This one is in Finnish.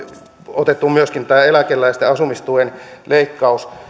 otettu myöskin tämä eläkeläisten asumistuen leikkaus